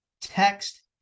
text